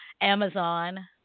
Amazon